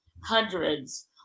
hundreds